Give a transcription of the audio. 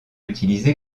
utilisé